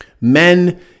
Men